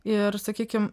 ir sakykim